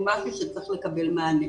זה משהו שצריך לקבל מענה.